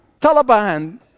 Taliban